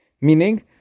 Meaning